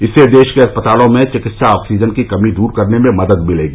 इससे देश के अस्पतालों में चिकित्सा ऑक्सीजन की कमी दूर करने में मदद मिलेगी